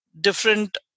different